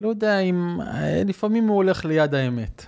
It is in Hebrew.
לא יודע אם... לפעמים הוא הולך ליד האמת.